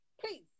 please